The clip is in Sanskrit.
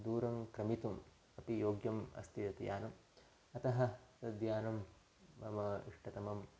दूरं क्रान्तुम् अपि योग्यम् अस्ति तत् यानम् अतः तद्यानं मम इष्टतमम्